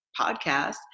podcast